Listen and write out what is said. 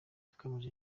yakomeje